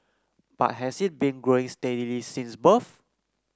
but has it been growing steadily since birth